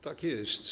Tak jest.